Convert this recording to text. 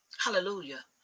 hallelujah